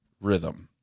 rhythm